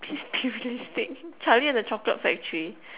please be realistic Charlie and the Chocolate Factory